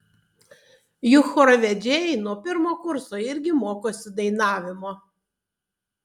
juk chorvedžiai nuo pirmo kurso irgi mokosi dainavimo